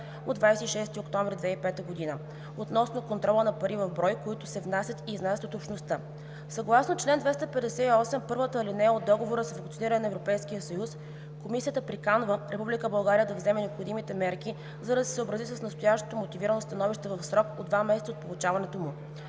от 26 октомври 2005 г. относно контрола на пари в брой, които се внасят и изнасят от Общността. Съгласно член 258, първата алинея от Договора за функционирането на Европейския съюз Комисията приканва Република България да вземе необходимите мерки, за да се съобрази с настоящото мотивирано становище в срок от два месеца от получаването му.“